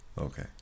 Okay